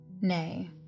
Nay